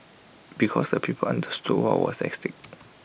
because the people understood what was at stake